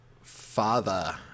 Father